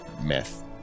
meth